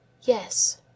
Yes